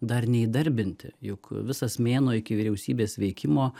dar neįdarbinti juk visas mėnuo iki vyriausybės veikimo